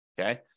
okay